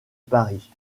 paris